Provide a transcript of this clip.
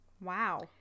wow